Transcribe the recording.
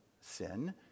sin